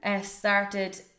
started